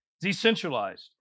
Decentralized